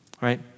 right